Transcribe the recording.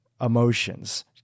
emotions